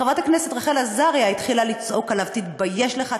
חברת הכנסת רחל עזריה התחילה לצעוק עליו: תתבייש לך,